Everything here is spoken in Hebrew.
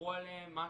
ידברו עליהם משהו,